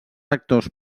actors